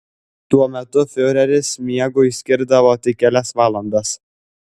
tuo metu fiureris miegui skirdavo tik kelias valandas